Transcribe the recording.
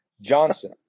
Johnson